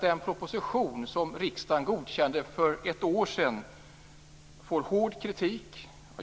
Den proposition som riksdagen godkände för ett år sedan får hård kritik.